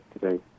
today